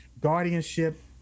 guardianship